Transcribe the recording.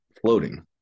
floating